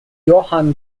johann